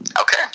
Okay